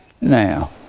Now